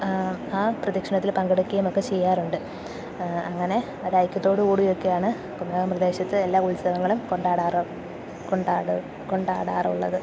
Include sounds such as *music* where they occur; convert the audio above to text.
പ്രദക്ഷിണത്തിൽ പങ്കെടുക്കുകയും ഒക്കെ ചെയ്യാറുണ്ട് അങ്ങനെ ഒരൈക്യത്തോടുകൂടിയൊക്കെയാണ് *unintelligible* പ്രദേശത്തെ എല്ലാ ഉത്സവങ്ങളും കൊണ്ടാടാറുള്ളത്